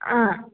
ಆಂ